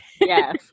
Yes